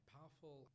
powerful